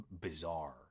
bizarre